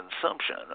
consumption